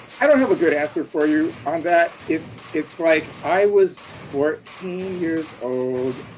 i don't have a good answer for you on that. it's, it's like i was fourteen years old